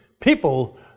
people